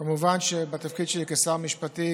כמובן שבתפקיד שלי כשר משפטים,